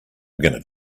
gonna